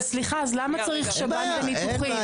אז סליחה, אז למה צריך שב"ן בניתוחים?